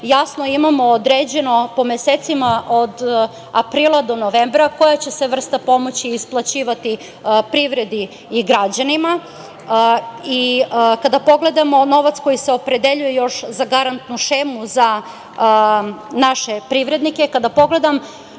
jasno imamo određeno po mesecima od aprila do novembra koja će se vrsta pomoći isplaćivati privredi i građanima i kada pogledamo novac koji se još opredeljuje još za garantnu šemu za naše privrednike, kada pogledamo